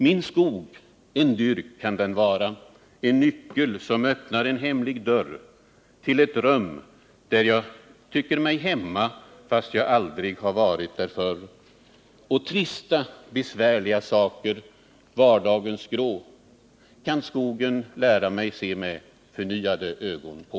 Min skog — en dyrk kan den vara, en nyckel som öppnar en hemlig dörr till ett rum där jag tycker mig hemma fast jag aldrig har varit där förr. Och trista besvärliga saker, vardagens grå kan skogen lära mig se med förnyade ögon på.